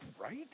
right